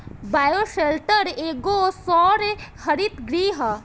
bioshelter एगो सौर हरित गृह ह